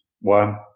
One